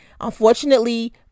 unfortunately